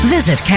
Visit